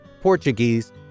Portuguese